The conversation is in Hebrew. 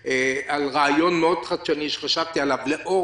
רעיון מאוד חדשני שחשבתי אליו לאור